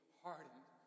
hardened